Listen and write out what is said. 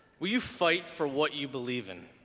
will you fight for what you believe in?